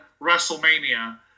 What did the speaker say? WrestleMania